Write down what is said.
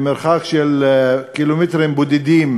במרחק של קילומטרים בודדים